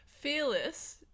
Fearless